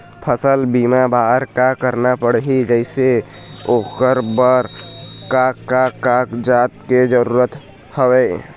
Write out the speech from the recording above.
फसल बीमा बार का करना पड़ही जैसे ओकर बर का का कागजात के जरूरत हवे?